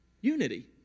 unity